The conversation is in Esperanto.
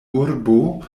urbo